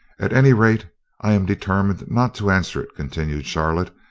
at any rate i am determined not to answer it, continued charlotte,